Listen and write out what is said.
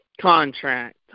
contract